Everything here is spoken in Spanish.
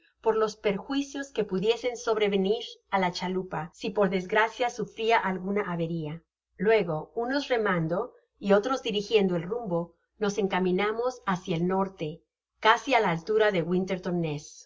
per los perjuicios que pudiesen sobrevenir á la chalupa si por desgracia sufria alguna averia luego unos remando y otros dirigiendo el rumbo nos encaminamos hácia el norte casi á la altura de